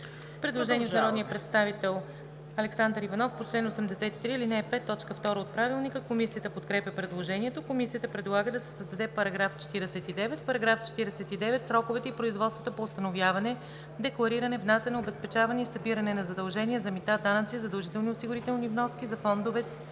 Предложение от народния представител Александър Иванов по чл. 83, ал. 5, т. 2 от Правилника. Комисията подкрепя предложението. Комисията предлага да се създаде § 49: „§ 49. Сроковете и производствата по установяване, деклариране, внасяне, обезпечаване и събиране на задължения за мита, данъци, задължителни осигурителни вноски за фондовете